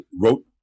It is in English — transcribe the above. wrote